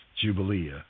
Jubilee